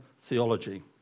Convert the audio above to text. theology